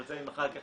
אבל זה אחר כך,